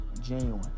genuine